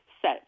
set